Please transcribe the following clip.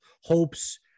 hopes